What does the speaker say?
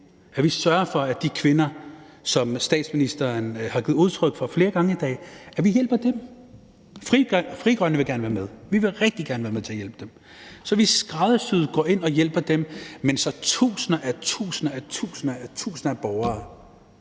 at vi sørger for at hjælpe de her kvinder, sådan som statsministeren har givet udtryk for flere gange i dag. Frie Grønne vil gerne være med; vi vil rigtig gerne være med, sådan at vi skræddersyet går ind og hjælper dem, men på en måde, så tusinder og atter tusinder af borgere